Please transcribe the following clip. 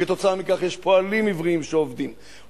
וכתוצאה מכך יש פועלים עבריים שעובדים,